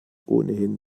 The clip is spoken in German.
ohnehin